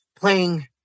playing